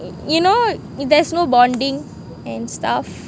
you know if there's no bonding and stuff